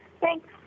Thanks